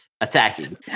attacking